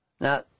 Now